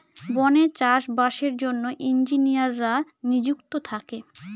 বনে চাষ বাসের জন্য ইঞ্জিনিয়াররা নিযুক্ত থাকে